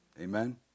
Amen